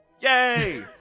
Yay